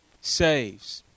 saves